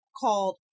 called